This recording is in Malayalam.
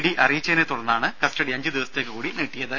ഡി അറിയിച്ചതിനെ തുടർന്നാണ് കസ്റ്റഡി അഞ്ചുദിവസത്തേക്ക് കൂടി നീട്ടിയത്